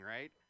right